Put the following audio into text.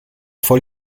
voll